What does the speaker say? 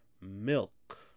Milk